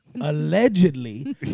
allegedly